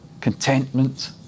contentment